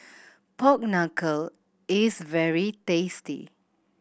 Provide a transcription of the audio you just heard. pork knuckle is very tasty